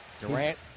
Durant